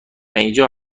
اینجا